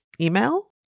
email